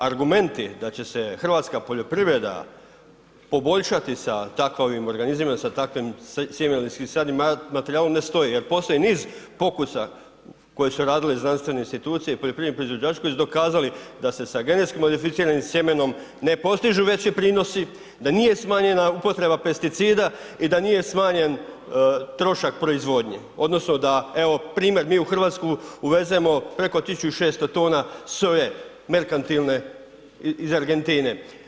Argumenti da će se hrvatska poljoprivreda poboljšati sa takvim organizmima, sa takvim sjemenskim materijalnom ne stoji jer postoji niz pokusa koje su radile znanstvene institucije i poljoprivredni proizvođači da se sa genetski modificiranim sjemenom ne postižu veći prinosi, da nije smanjena upotreba pesticida i da nije smanjen trošak proizvodnje odnosno da evo primjer mi u Hrvatsku uvezemo preko 160 tona soje merkantilne iz Argentine.